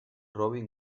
robin